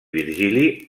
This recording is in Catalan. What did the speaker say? virgili